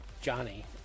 Johnny